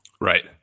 Right